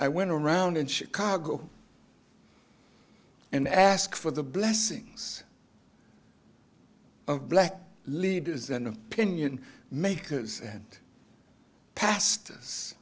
i went around in chicago and asked for the blessings of black leaders and opinion makers and pastors